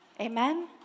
Amen